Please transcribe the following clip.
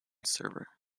server